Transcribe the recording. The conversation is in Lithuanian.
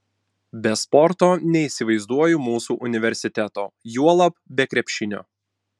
be sporto neįsivaizduoju mūsų universiteto juolab be krepšinio